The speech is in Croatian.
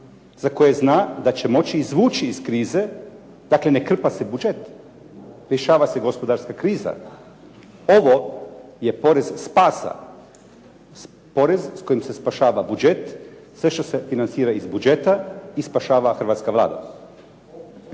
za koje zna da će moći izvući iz krize, dakle ne krpa se budžet, rješava se gospodarska kriza. Ovo je porez spasa. Porez s kojim se spašava budžet, sve što se financira iz budžeta i spašava hrvatska Vlada.